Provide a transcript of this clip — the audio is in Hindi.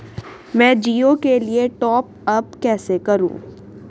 मैं जिओ के लिए टॉप अप कैसे करूँ?